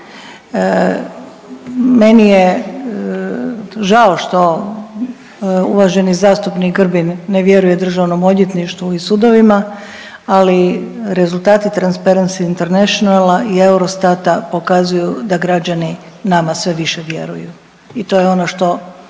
Meni je žao što uvaženi zastupnik Grbin ne vjeruje državnom odvjetništvu i sudovima, ali rezultati Transparency Internationala i Eurostata pokazuju da građani nama sve više vjeruju i to je ono što